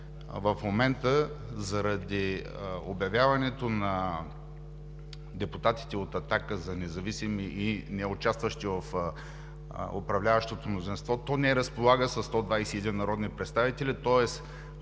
в момента, заради обявяването на депутатите от „Атака“ за независими и неучастващи в управляващото мнозинство, то не разполага със 121 народни представители, тоест